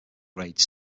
grade